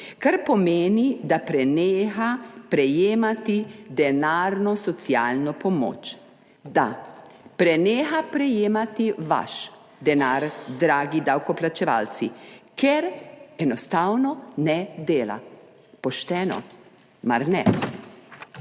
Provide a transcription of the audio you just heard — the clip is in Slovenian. kar pomeni, da preneha prejemati denarno socialno pomoč. Da, preneha prejemati vaš denar, dragi davkoplačevalci, ker enostavno ne dela. Pošteno, mar ne?